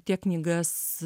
tiek knygas